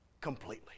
completely